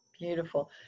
beautiful